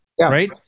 right